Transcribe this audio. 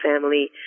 family